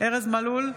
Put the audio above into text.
ארז מלול,